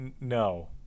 No